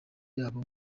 yabo